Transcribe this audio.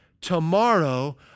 Tomorrow